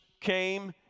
came